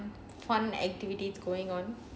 fun fun activites going on